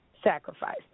Sacrifice